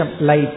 light